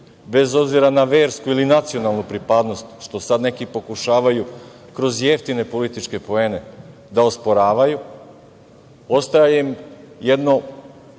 bez obzira na versku ili nacionalnu pripadnost, što sad neki pokušavaju kroz jeftine političke poene da osporavaju, ostaje im jedno